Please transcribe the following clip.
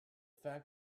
fact